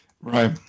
Right